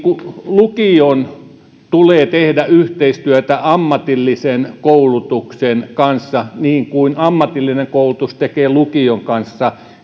lukion tulee tehdä yhteistyötä ammatillisen koulutuksen kanssa niin kuin ammatillinen koulutus tekee lukion kanssa